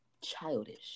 childish